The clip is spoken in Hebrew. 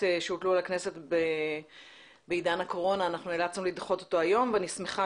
שהוטלו על הכנסת בעידן הקורונה נאלצנו לדחות אותו להיום ואני שמחה